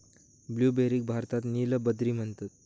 ब्लूबेरीक भारतात नील बद्री म्हणतत